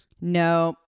no